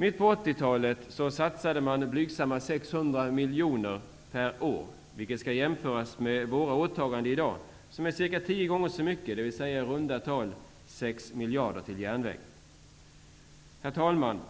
Mitt på 1980-talet satsade man blygsamma 600 miljoner per år, vilket skall jämföras med våra åtaganden i dag som är cirka tio gånger så mycket, dvs. i runda tal 6 miljarder kronor till järnväg! Herr talman!